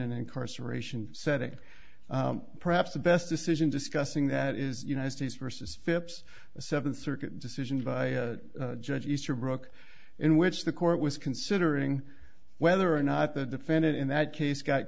an incarceration setting perhaps the best decision discussing that is united states versus phipps a seventh circuit decision by judge easterbrook in which the court was considering whether or not the defendant in that case got